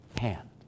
hand